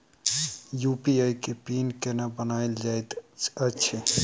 UPI केँ PIN केना बनायल जाइत अछि